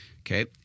Okay